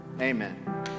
Amen